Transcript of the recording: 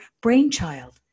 brainchild